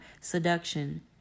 seduction